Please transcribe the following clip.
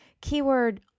Keyword